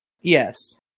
Yes